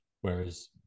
Whereas